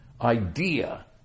idea